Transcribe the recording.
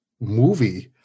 movie